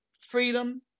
freedom